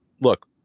look